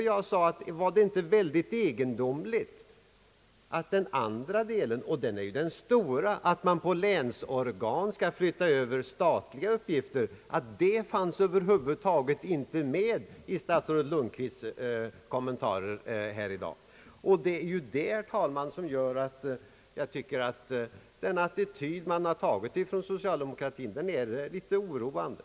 Jag sade att det var mycket egendomligt att den andra delen, som är den stora och där det nämns att man på länsorgan skall flytta över statliga uppgifter, inte fanns med över huvud taget i statsrådet Lundkvists kommentarer i dag. Detta gör, herr talman, att jag tycker att den attityd som man har intagit från socialdemokratiskt håll är litet oroande.